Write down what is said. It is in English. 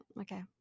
okay